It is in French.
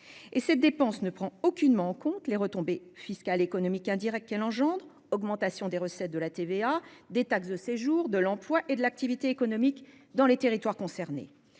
par an, laquelle ne prend aucunement en compte les retombées fiscales et économiques indirectes qu'elle génère : augmentation des recettes de la TVA et des taxes de séjour, ainsi que de l'emploi et de l'activité économique dans les territoires concernés.